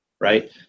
right